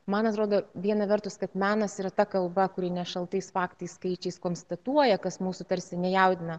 man atrodo viena vertus kad menas yra ta kalba kuri ne šaltais faktais skaičiais konstatuoja kas mūsų tarsi nejaudina